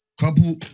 Couple